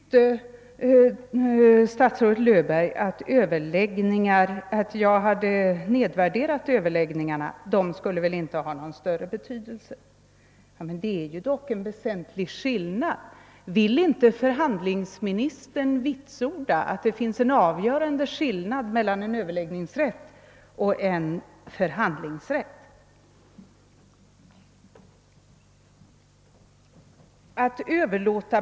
Statsrådet Löfberg ansåg att jag hade nedvärderat överläggningarna och sagt att dessa inte skulle ha någon större betydelse. Det föreligger dock en väsentlig skillnad härvidlag. Kan inte förhandlingsministern vitsorda att det är en avgörande skillnad mellan en överläggningsrätt och en förhandlingsrätt?